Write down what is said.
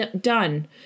done